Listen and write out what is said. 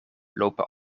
lopen